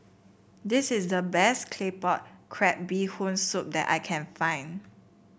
this is the best Claypot Crab Bee Hoon Soup that I can find